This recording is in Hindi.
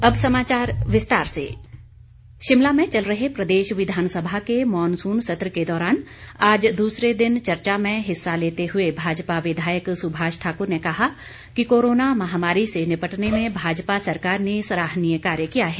और विधानसभा चर्चा शिमला में चल रहे प्रदेश विधानसभा के मॉनसून सत्र के दौरान आज दूसरे दिन चर्चा में हिस्सा लेते हुए भाजपा विधायक सुभाष ठाकुर ने कहा कि कोरोना महामारी से निपटने में भाजपा सरकार ने सराहनीय कार्य किया है